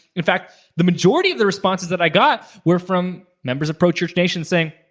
in fact the majority of the responses that i got were from members of pro church nation saying,